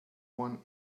one